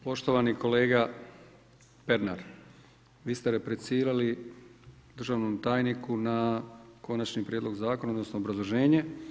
Poštovani kolega Pernar, vi ste replicirali državnom tajniku na Konačni prijedlog zakona, odnosno obrazloženje.